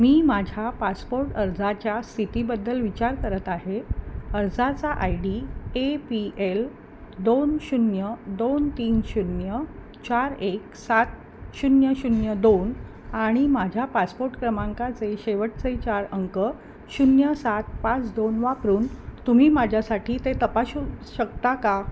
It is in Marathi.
मी माझ्या पासपोर्ट अर्जाच्या स्थितीबद्दल विचार करत आहे अर्जाचा I D A P L दोन शून्य दोन तीन शून्य चार एक सात शून्य शून्य दोन आणि माझ्या पासपोर्ट क्रमांकाचे शेवटचे चार अंक शून्य सात पाच दोन वापरून तुम्ही माझ्यासाठी ते तपासू शकता का